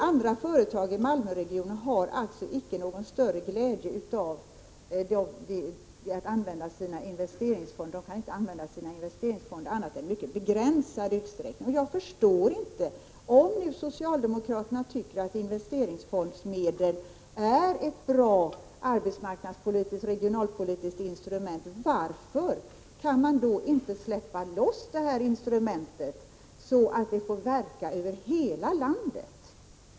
Andra företag i Malmöregionen har alltså inte någon större glädje av sina investeringsfonder. De kan inte användas annat än i begränsad utsträckning. Om socialdemokraterna tycker att investeringsfondsmedel är ett bra arbetsmarknadspolitiskt och regionalpolitiskt instrument, varför kan man då inte släppa loss det instrumentet, så att det får verka över hela landet?